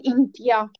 India